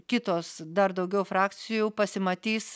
kitos dar daugiau frakcijų pasimatys